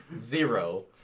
Zero